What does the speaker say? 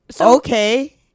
Okay